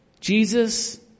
Jesus